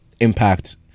impact